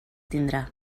tindrà